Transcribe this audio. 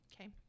Okay